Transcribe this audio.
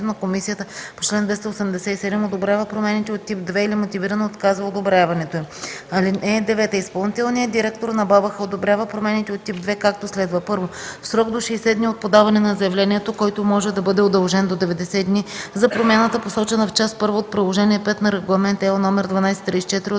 на комисията по чл. 287 одобрява промените от тип ІІ или мотивирано отказва одобряването им. (9) Изпълнителният директор на БАБХ одобрява промените от тип ІІ, както следва: 1. в срок до 60 дни от подаване на заявлението, който може да бъде удължен до 90 дни – за промяната, посочена в част 1 от Приложение V на Регламент (ЕО) № 1234/2008;